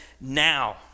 now